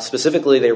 specifically they